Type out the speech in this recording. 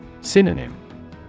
Synonym